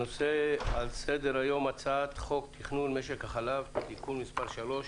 הנושא על סדר היום: הצעת חוק תכנון משק החלב (תיקון מס' 3),